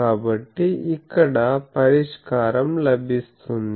కాబట్టి ఇక్కడ పరిష్కారం లభిస్తుంది